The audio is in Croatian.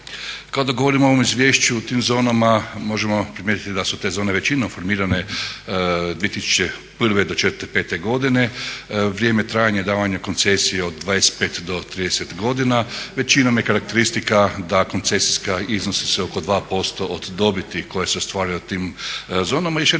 Kada govorim o ovom izvješću u tim zonama možemo primijetiti da su te zone većinom formirane 2001. do četvrte, pete godine. Vrijeme trajanja davanja koncesije od 25 do 30 godina. Većinom je karakteristika da koncesijska iznosi se oko 2% od dobiti koja se ostvaruje u tim zonama. Još jedna